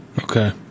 Okay